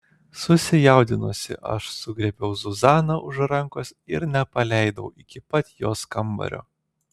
susijaudinusi aš sugriebiau zuzaną už rankos ir nepaleidau iki pat jos kambario